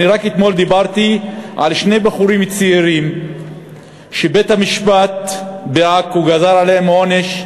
רק אתמול דיברתי על שני בחורים צעירים שבית-המשפט בעכו גזר עליהם עונש,